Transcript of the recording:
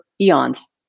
eons